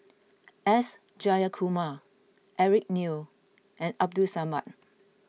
S Jayakumar Eric Neo and Abdul Samad